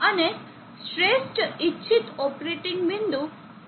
અને શ્રેષ્ઠ ઇચ્છિત ઓપરેટિંગ બિંદુ ક્યાંક અનુરૂપ હશે